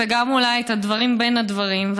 וגם אולי את הדברים בין הדברים.